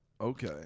Okay